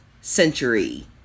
century